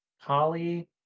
holly